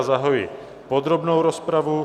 Zahajuji podrobnou rozpravu.